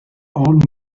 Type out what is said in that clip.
old